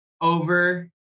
over